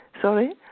Sorry